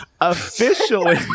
officially